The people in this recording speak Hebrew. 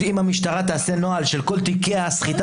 אם המשטרה תעשה נוהל של כל תיקי הסחיטה